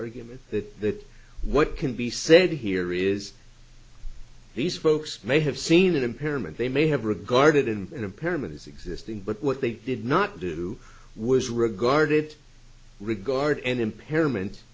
argument that what can be said here is these folks may have seen that impairment they may have regarded and impairment is existing but what they did not do was regarded regard an impairment